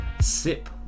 Sip